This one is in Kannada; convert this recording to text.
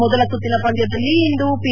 ಮೊದಲ ಸುತ್ತಿನ ಪಂದ್ಚದಲ್ಲಿಂದು ಪಿ